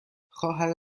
خواهر